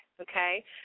okay